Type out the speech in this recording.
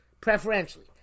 preferentially